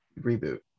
reboot